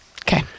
Okay